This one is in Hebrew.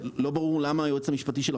לא ברור למה הרשות-